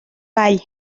vall